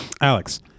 alex